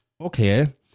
Okay